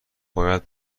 باید